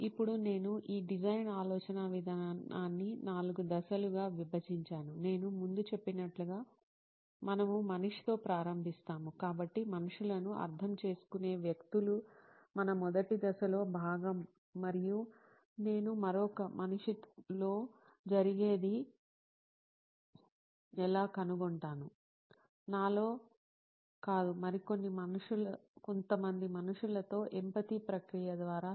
ఇప్పుడు నేను ఈ డిజైన్ ఆలోచనా విధానాన్ని నాలుగు దశలుగా విభజించాను నేను ముందు చెప్పినట్లుగా మనము మనిషితో ప్రారంభిస్తాము కాబట్టి మనుషులను అర్థం చేసుకునే వ్యక్తులు మన మొదటి దశలో భాగం మరియు నేను మరొక మనిషిలో జరిగేది ఎలా కనుగొంటాను నాలో కాదు మరికొద్ది మనుషులతో ఎంపతీ ప్రక్రియ ద్వారా